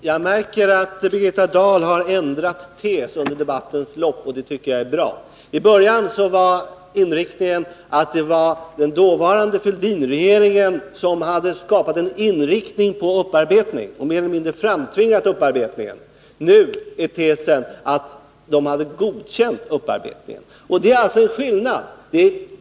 Herr talman! Jag märker att Birgitta Dahl har ändrat tes under debattens lopp, och det tycker jag är bra. I början var tesen att det var den dåvarande Fälldinregeringen som hade skapat en inriktning mot upparbetning och mer eller mindre framtvingat upparbetningen. Nu är tesen att den hade godkänt upparbetningen. Det är alltså en skillnad.